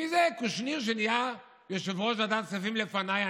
מי זה קושניר שנהיה יושב-ראש ועדת הכספים לפניי?